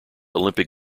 olympic